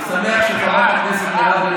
אני שמח שחברת הכנסת מירב הגיעה.